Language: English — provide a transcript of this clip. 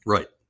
Right